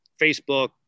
Facebook